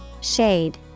Shade